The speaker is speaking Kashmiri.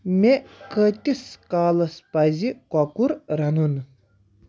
مےٚ کۭتِس کالَس پَزِ کۄکُر رَنُن